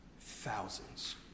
thousands